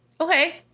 Okay